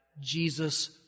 Jesus